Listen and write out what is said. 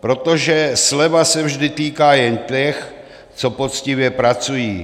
protože sleva se vždy týká jen těch, co poctivě pracují.